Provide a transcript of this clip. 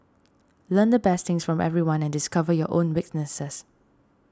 learn the best things from everyone and discover your own weaknesses